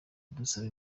dusaba